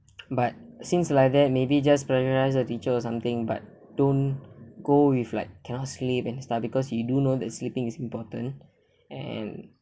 but since like that maybe just pressurize the teacher or something but don't go with like cannot sleep and stuff because you do know that sleeping is important and